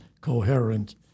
coherent